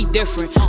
different